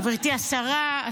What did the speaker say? גברתי השרה,